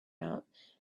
out